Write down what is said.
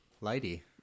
lady